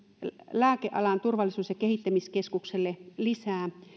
lääkealan turvallisuus ja kehittämiskeskukselle on lisää